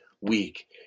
week